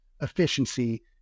efficiency